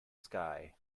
sky